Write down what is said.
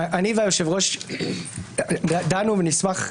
אני והיושב-ראש דנו בהם,